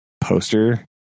poster